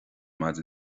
maidir